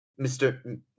Mr